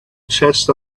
chest